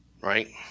right